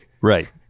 Right